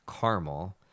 caramel